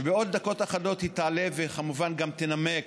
ובעוד דקות אחדות היא תעלה וכמובן גם תנמק,